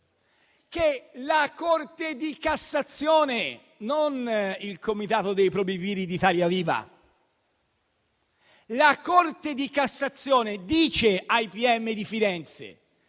che la Corte di cassazione, non il comitato dei probiviri di Italia Viva, dice ai pm di Firenze: